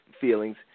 feelings